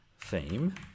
theme